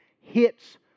hits